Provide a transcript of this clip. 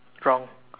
from